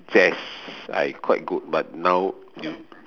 chess I quite good but now you